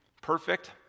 Perfect